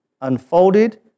unfolded